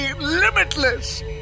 limitless